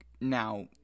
now